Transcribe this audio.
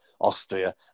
Austria